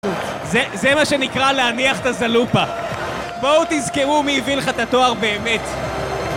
זה מה שנקרא להניח את הזלופה. בואו תזכרו מי הביא לך את התואר באמת